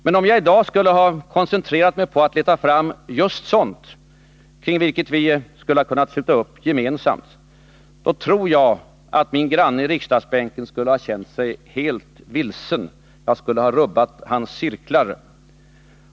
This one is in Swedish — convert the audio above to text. Men om jag i dag skulle ha koncentrerat mig på att leta fram just sådant, kring vilket vi skulle ha kunnat sluta upp gemensamt, tror jag att min granne i riksdagsbänken skulle ha känt sig helt vilsen. Jag skulle ha rubbat hans cirklar.